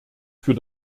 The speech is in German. für